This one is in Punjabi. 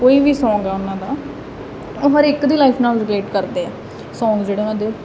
ਕੋਈ ਵੀ ਸੌਗ ਆ ਉਹਨਾਂ ਦਾ ਉਹ ਹਰ ਇੱਕ ਦੀ ਲਾਈਫ ਨਾਲ ਰਿਲੇਟ ਕਰਦੇ ਆ ਸੌਂਗ ਜਿਹੜੇ ਉਹਨਾਂ ਦੇ